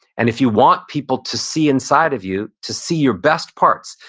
and if you want people to see inside of you, to see your best parts,